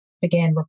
began